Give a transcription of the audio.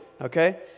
okay